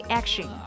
action